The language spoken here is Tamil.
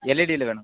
எல்இடியில் வேணும்